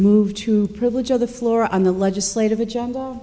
move to privilege of the floor on the legislative agenda